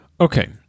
Okay